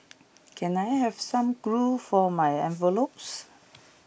can I have some glue for my envelopes